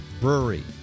Brewery